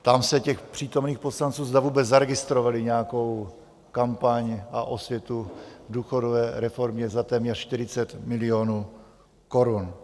Ptám se přítomných poslanců, zda vůbec zaregistrovali nějakou kampaň a osvětu k důchodové reformě za téměř 40 milionů korun?